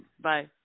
Bye